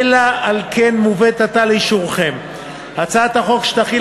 אשר על כן מובאת עתה לאישורכם הצעת החוק שתחיל